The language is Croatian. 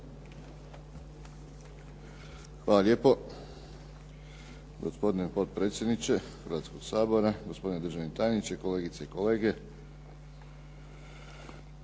Hvala lijepo